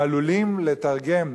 הם עלולים לתרגם